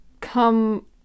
come